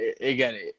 again